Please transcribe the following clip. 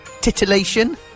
titillation